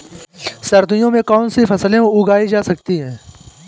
सर्दियों में कौनसी फसलें उगाई जा सकती हैं?